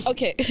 Okay